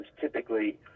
typically